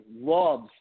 loves